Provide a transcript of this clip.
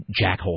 jackhole